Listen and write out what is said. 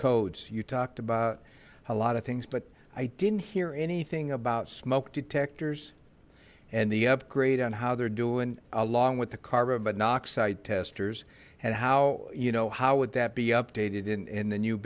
codes you talked about a lot of things but i didn't hear anything about smoke detectors and the upgrade on how they're doing along with the carbon monoxide testers and how you know how would that be updated in the new